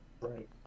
right